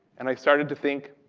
and i started to think,